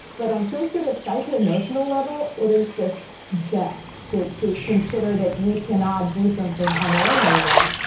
but on some sort of psycho-emotional level, it is just death to to consider that you cannot do something on your own anymore.